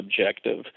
objective